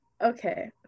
Okay